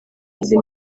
izi